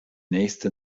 nächste